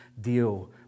deal